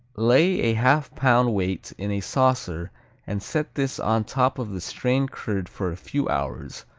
lay a half-pound weight in a saucer and set this on top of the strained curd for a few hours,